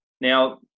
Now